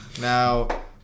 Now